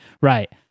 Right